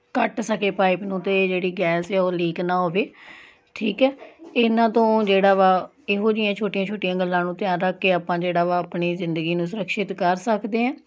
ਕੱਟ ਸਕੇ ਪਾਈਪ ਨੂੰ ਅਤੇ ਜਿਹੜੀ ਗੈਸ ਆ ਉਹ ਲੀਕ ਨਾ ਹੋਵੇ ਠੀਕ ਹੈ ਇਹਨਾਂ ਤੋਂ ਜਿਹੜਾ ਵਾ ਇਹੋ ਜਿਹੀਆਂ ਛੋਟੀਆਂ ਛੋਟੀਆਂ ਗੱਲਾਂ ਨੂੰ ਧਿਆਨ ਰੱਖ ਕੇ ਆਪਾਂ ਜਿਹੜਾ ਵਾ ਆਪਣੀ ਜ਼ਿੰਦਗੀ ਨੂੰ ਸੁਰੱਖਸ਼ਿਤ ਕਰ ਸਕਦੇ ਹਾਂ